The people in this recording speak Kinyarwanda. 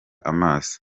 amaso